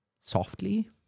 softly